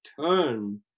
turn